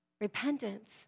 Repentance